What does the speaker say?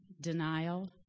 denial